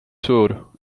suur